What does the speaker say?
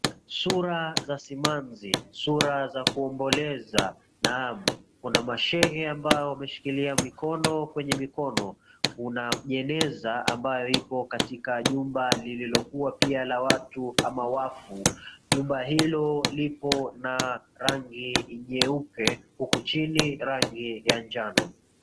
Sura za simanzi , sura za kuomboleza. Naam! Kuna mashege ambao wameshikilia mikono, kwenye mikono. Kuna jeneza ambao ipo katika nyumba lililokuwa pia la watu ama wafu. Nyumba hilo lipo na rangi nyeupe huku chini rangi ya njano.